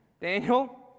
Daniel